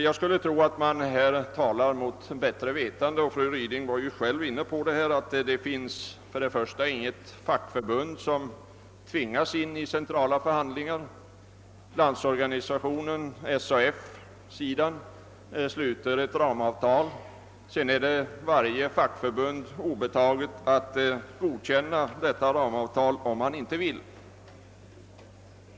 Jag skulle tro att man talar mot bättre vetande, och fru Ryding var själv inne på att det inte finns något fackförbund som tvingas in i centrala förhandlingar. Landsorganisationen och SAF sluter ett ramavtal och sedan är det varje fackförbund obetaget att låta bli att godkänna det om man inte vill.